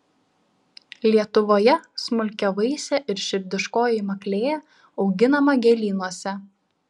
lietuvoje smulkiavaisė ir širdiškoji maklėja auginama gėlynuose